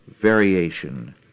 variation